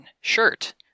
shirt